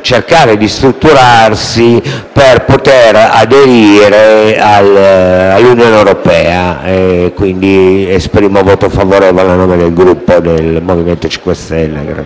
cercare di strutturarsi per poter aderire all'Unione europea. Annuncio pertanto il voto favorevole a nome del Gruppo del MoVimento 5 Stelle.